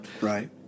Right